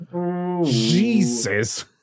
Jesus